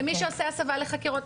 למי שעושה הסבה לחקירות.